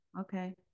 okay